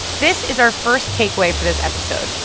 this is our first takeaway for this episode.